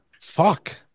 Fuck